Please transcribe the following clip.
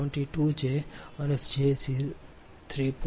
172 j0